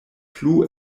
plu